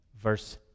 verse